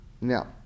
Now